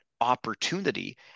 opportunity